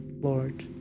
Lord